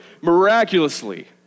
miraculously